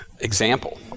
example